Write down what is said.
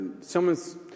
someone's